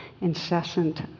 incessant